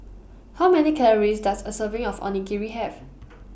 How Many Calories Does A Serving of Onigiri Have